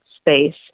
space